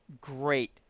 great